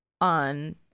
on